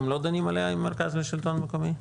אתם לא דנים עליה עם המרכז לשלטון מקומי?